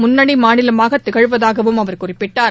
முன்னணி மாநிலமாக திகழ்வதாகவும் அவர் குறிப்பிட்டார்